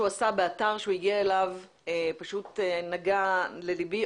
עשה באתר שהוא הגיע אליו פשוט נגע לליבי.